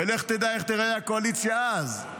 ולך תדע איך תיראה הקואליציה אז.